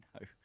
No